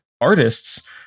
artists